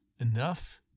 enough